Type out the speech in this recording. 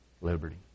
liberty